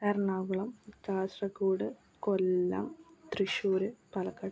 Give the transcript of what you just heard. Ernakulam Kasaragod Kollam Thrissur Palakkad